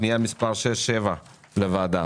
פנייה מספר 6 עד 7 לוועדה,